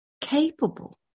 capable